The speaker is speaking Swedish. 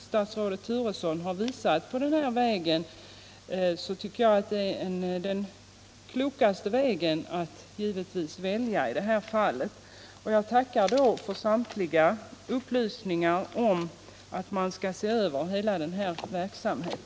Statsrådet Turesson har visat på denna väg, och jag tycker att det är den klokaste vägen att välja i detta fall. Jag tackar för samtliga upplysningar om att man skall se över hela denna verksamhet.